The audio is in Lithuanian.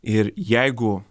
ir jeigu